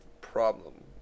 problem